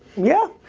yeah.